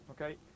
Okay